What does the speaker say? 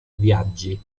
viaggi